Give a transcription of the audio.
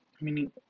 Meaning